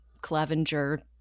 Clevenger